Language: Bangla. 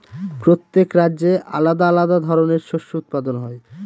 প্রত্যেক রাজ্যে আলাদা আলাদা ধরনের শস্য উৎপাদন হয়